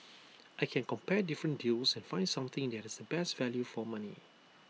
I can compare different deals and find something that has the best value for money